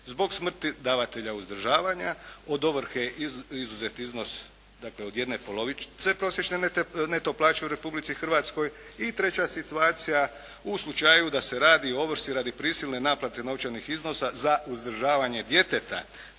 zbog smrti davatelja uzdržavanja od ovrhe izuzet iznos, dakle od jedne polovice prosječne neto plaće u Republici Hrvatskoj. I treća situacija u slučaju da se radi o ovrsi radi prisilne naplate novčanih iznosa za uzdržavanje djeteta,